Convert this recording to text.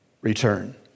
return